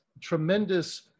tremendous